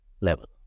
level